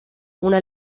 una